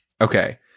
Okay